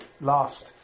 last